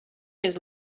his